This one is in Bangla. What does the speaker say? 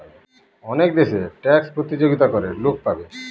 অনেক দেশে ট্যাক্সে প্রতিযোগিতা করে লোক পাবে